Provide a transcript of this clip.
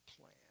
plan